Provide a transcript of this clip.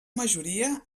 majoria